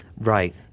Right